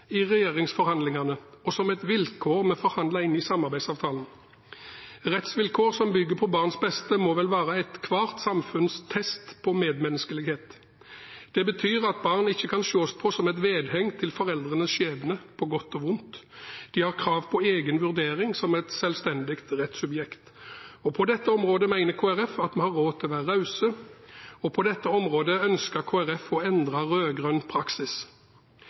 i regjeringsforhandlingene og et vilkår vi forhandlet inn i samarbeidsavtalen. Rettsvilkår som bygger på barns beste, må vel være ethvert samfunns test på medmenneskelighet. Det betyr at barn ikke kan sees på som et vedheng til foreldrenes skjebne på godt og vondt – de har krav på en egen vurdering som et selvstendig rettssubjekt. På dette området mener Kristelig Folkeparti at vi har råd til å være rause, og på dette området ønsker Kristelig Folkeparti å endre rød-grønn praksis.